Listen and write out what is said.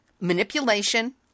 manipulation